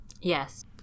Yes